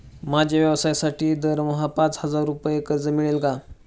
माझ्या व्यवसायासाठी दरमहा पाच हजार रुपये कर्ज मिळेल का?